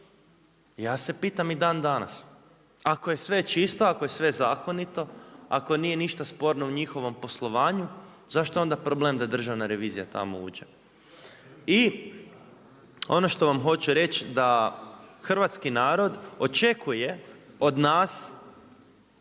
ja se pitam i dan danas. Ako je sve čisto, ako je sve zakonito, ako nije ništa sporno u njihovom poslovanju, zašto je onda problem da Državna revizija tamo uđe. I ono što vam hoću reći, da hrvatski narod, očekuje od nas,